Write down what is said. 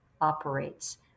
operates